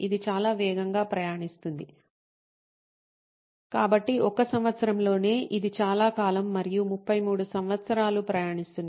ఇది చాలా వేగంగా ప్రయాణిస్తుంది కాబట్టి ఒక సంవత్సరంలోనే ఇది చాలా కాలం మరియు 33 సంవత్సరాలు ప్రయాణిస్తుంది